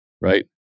right